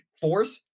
force